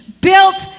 Built